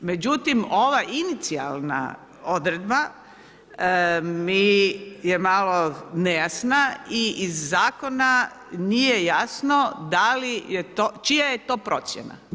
Međutim ova inicijalna odredba mi je malo nejasna i iz zakona nije jasno čija je to procjena.